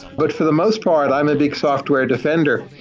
but for the most part i'm a big software defender.